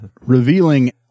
revealing